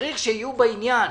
צריך שיהיו בעניין.